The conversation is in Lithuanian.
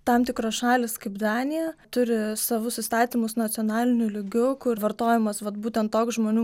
tam tikros šalys kaip danija turi savus įstatymus nacionaliniu lygiu kur vartojimas vat būtent toks žmonių